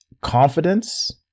confidence